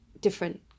different